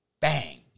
bang